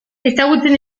ezagutzen